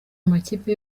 amakipe